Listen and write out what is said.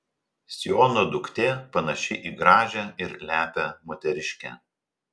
siono duktė panaši į gražią ir lepią moteriškę